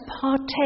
partake